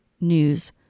news